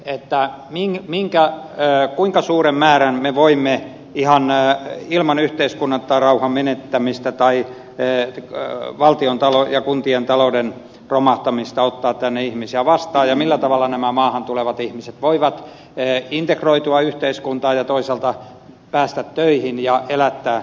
etta niin minkä he kuinka suuren määrän me voimme ihan ilman yhteiskuntarauhan menettämistä tai valtiontalouden ja kuntien talouden romahtamista ottaa tänne ihmisiä vastaan ja millä tavalla nämä maahantulevat ihmiset voivat integroitua yhteiskuntaan ja toisaalta päästä töihin ja elättää perheensä